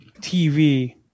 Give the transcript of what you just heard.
TV